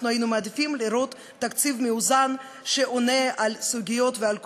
היינו מעדיפים לראות תקציב מאוזן שעונה על סוגיות ועל קושיות,